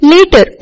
Later